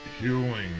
healing